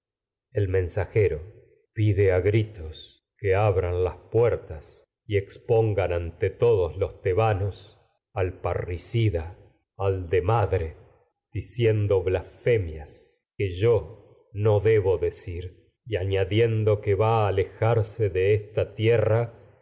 el mensajero pide a gritos que abran las puer tas y expongan ante todos los tebanos al parricida al de madre diciendo blasfemias que yo no que debo decir y añadiendo va en a alejarse de esta tierra